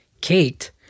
Kate